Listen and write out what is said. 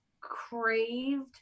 craved